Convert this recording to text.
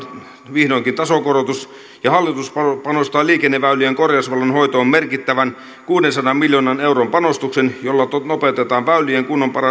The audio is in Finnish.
vihdoinkin tasokorotus ja hallitus panostaa liikenneväylien korjausvelan hoitoon merkittävän kuudensadan miljoonan euron panostuksen jolla nopeutetaan väylien kunnon